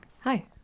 Hi